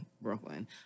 Brooklyn